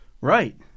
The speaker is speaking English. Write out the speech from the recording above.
Right